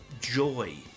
joy